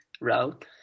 route